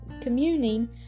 communing